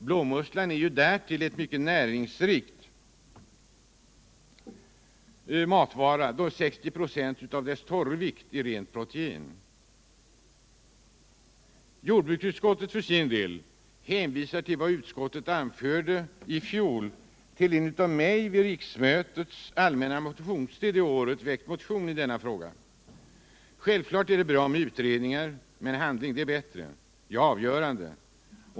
Blåmusslan är därtill en mycket näringsrik matvara, då 60 5 av dess torrvikt är rent protein. Jordbruksutskottet hänvisar för sin del till vad utskottet anförde i fjol om en av mig under föregående riksmötes allmänna motionstid väckt motion i denna fråga. Självfallet är det bra med utredningar. Men handling är bättre, ja, avgörande.